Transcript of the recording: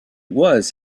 was